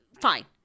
fine